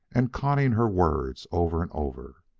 and conning her words over and over.